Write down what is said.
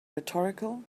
rhetorical